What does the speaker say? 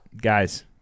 Guys